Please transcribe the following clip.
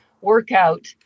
workout